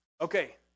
Okay